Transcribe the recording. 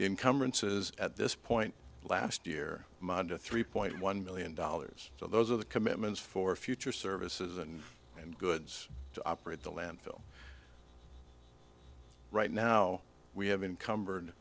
incumbrances at this point last year three point one million dollars so those are the commitments for future services and and goods to operate the landfill right now we have encumbered